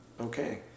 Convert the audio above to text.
Okay